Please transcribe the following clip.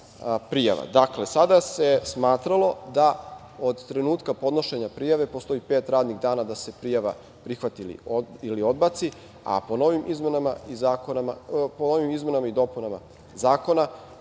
prijava. Dakle, sada se smatralo da od trenutka podnošenja prijave postoji pet radnih dana da se prijava prihvati ili odbaci, a po novim izmenama i dopunama zakona